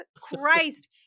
Christ